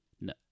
no